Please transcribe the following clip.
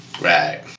Right